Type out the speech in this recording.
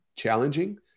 challenging